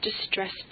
distressed